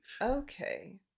Okay